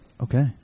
Okay